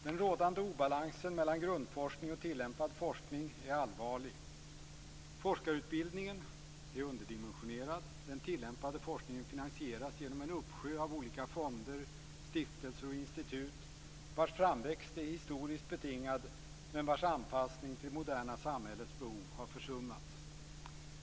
Den rådande obalansen mellan grundforskning och tillämpad forskning är allvarlig. Forskarutbildningen är underdimensionerad. Den tillämpade forskningen finansieras genom en uppsjö av olika fonder, stiftelser och institut, vars framväxt är historiskt betingad men vars anpassning till det moderna samhällets behov har försummats.